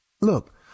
Look